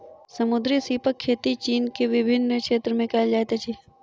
समुद्री सीपक खेती चीन के विभिन्न क्षेत्र में कयल जाइत अछि